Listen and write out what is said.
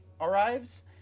arrives